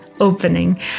opening